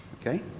Okay